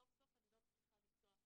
סוף סוף אני לא צריכה לנסוע,